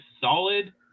solid